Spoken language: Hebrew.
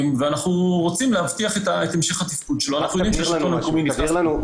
אנחנו רוצים להמשיך את המשך התפקוד של נושא זה.